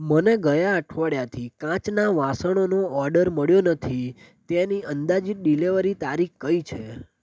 મને ગયા અઠવાડિયાથી કાચનાં વાસણોનો ઓડર મળ્યો નથી તેની અંદાજીત ડિલિવરી તારીખ કઈ છે